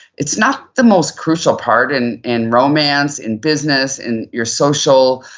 it's not the most crucial part and in romance, in business, in your social,